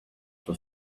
for